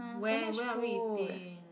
when where are we eating